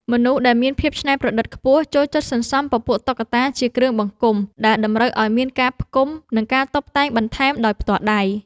មនុស្សដែលមាន ភាពច្នៃប្រឌិតខ្ពស់ចូលចិត្តសន្សំពពួកតុក្កតាជាគ្រឿងបង្គុំដែលតម្រូវឱ្យមានការផ្គុំ និងការតុបតែងបន្ថែមដោយផ្ទាល់ដៃ។